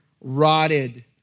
rotted